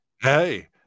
hey